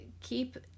keep